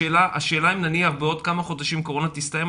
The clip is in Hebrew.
השאלה אם נניח בעוד כמה חודשים הקורונה תסתיים,